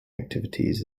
activities